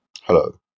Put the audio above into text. Hello